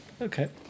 Okay